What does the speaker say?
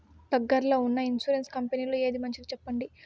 దగ్గర లో ఉన్న ఇన్సూరెన్సు కంపెనీలలో ఏది మంచిది? సెప్పండి?